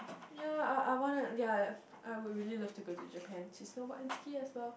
ya I I want to ya I would really love to go to Japan to snowboard and ski as well